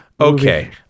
okay